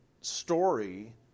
story